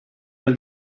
dal